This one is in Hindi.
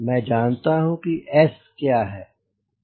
मैं जनता हूँ कि S क्या है